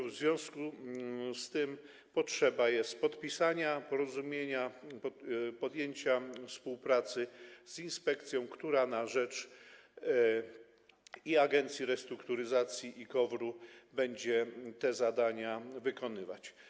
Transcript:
W związku z tym jest potrzeba podpisania porozumienia, podjęcia współpracy z inspekcją, która na rzecz agencji restrukturyzacji i KOWR-u będzie te zadania wykonywać.